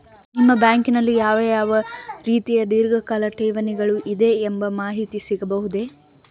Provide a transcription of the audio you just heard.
ನಿಮ್ಮ ಬ್ಯಾಂಕಿನಲ್ಲಿ ಯಾವ ಯಾವ ರೀತಿಯ ಧೀರ್ಘಕಾಲ ಠೇವಣಿಗಳು ಇದೆ ಎಂಬ ಮಾಹಿತಿ ಸಿಗಬಹುದೇ?